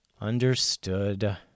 Understood